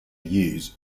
use